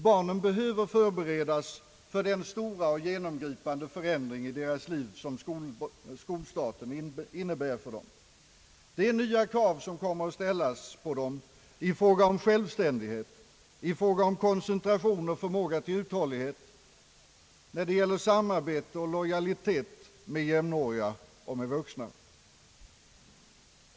Barnen behöver förberedas för den stora och genomgripande förändring i deras liv som skolstarten innebär för dem. Det är nya krav som kommer att ställas på dem i fråga om självständighet, koncentration och uthållighet, i fråga om samarbete och lojalitet med jämnåriga och vuxna.